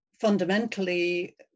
fundamentally